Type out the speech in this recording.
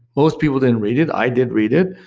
most people didn't read it. i did read it.